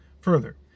further